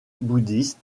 bouddhistes